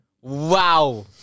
Wow